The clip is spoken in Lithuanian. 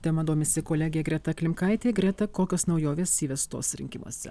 tema domisi kolegė greta klimkaitė greta kokios naujovės įvestos rinkimuose